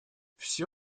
все